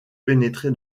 pénétrer